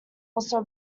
also